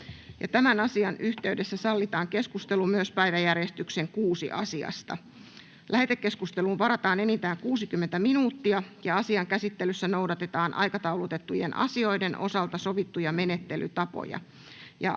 Tämän asian yhteydessä sallitaan keskustelu myös päiväjärjestyksen 6. asiasta. Lähetekeskusteluun varataan enintään 60 minuuttia. Asian käsittelyssä noudatetaan aikataulutettujen asioiden osalta sovittuja menettelytapoja.